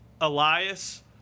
Elias